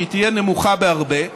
שהיא תהיה נמוכה בהרבה,